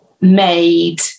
made